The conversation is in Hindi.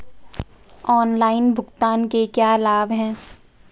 ऑनलाइन भुगतान के क्या लाभ हैं?